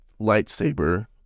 lightsaber